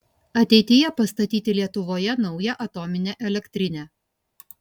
ateityje pastatyti lietuvoje naują atominę elektrinę